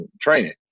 training